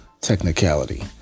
technicality